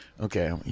Okay